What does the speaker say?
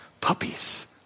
puppies